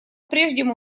прежнему